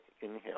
inhale